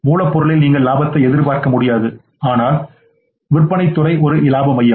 மூலப் பொருளில் நீங்கள் லாபத்தை எதிர்பார்க்க முடியாது ஆனால் விற்பனைத் துறை ஒரு இலாப மையம்